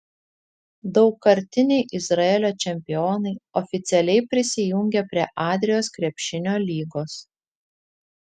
daugkartiniai izraelio čempionai oficialiai prisijungė prie adrijos krepšinio lygos